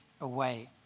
away